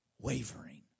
wavering